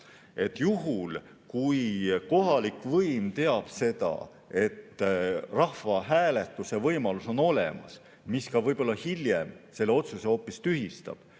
et juhul, kui kohalik võim teab seda, et rahvahääletuse võimalus on olemas, mis ka võib-olla hiljem selle otsuse hoopis tühistab,